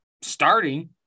starting